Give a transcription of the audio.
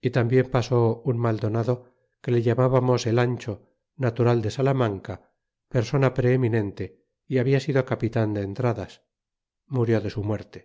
y tambien pasó un maldonado que le llamábamos el ancho natural de salamanca persona preeminente é habla sido capitan de entradas murió de su muerte